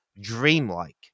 dreamlike